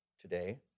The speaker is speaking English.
today